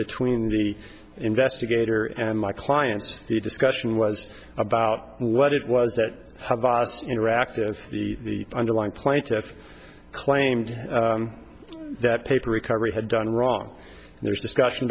between the investigator and my clients the discussion was about what it was that interactive the underlying plaintiffs claimed that paper recovery had done wrong and there's discussion